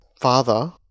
father